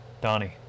Donnie